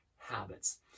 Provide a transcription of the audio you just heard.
habits